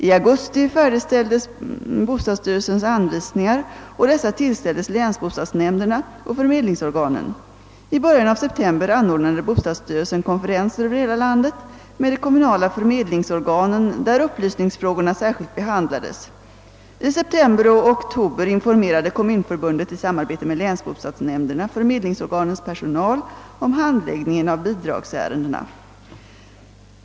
I augusti färdigställdes bostadsstyrelsens anvisningar, och dessa tillställdes länsbostadsnämnderna och förmedlingsorganen. I början av september anordnade <:bostadsstyrelsen konferenser över hela landet med de kommunala förmedlingsorganen, där upplysningsfrågorna särskilt behandlades. I september och oktober informerade Kommunförbundet i samarbete med länsbostadsnämnderna förmedlingsorganens personal om handläggningen av bidragsärendena.